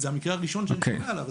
זה המקרה הראשון שאני שומע עליו.